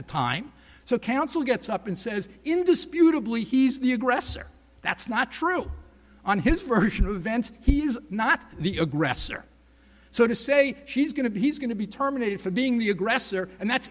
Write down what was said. the time so council gets up and says indisputably he's the aggressor that's not true on his version of events he's not the aggressor so to say she's going to be he's going to be terminated for being the aggressor and that's